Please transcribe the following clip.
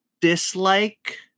dislike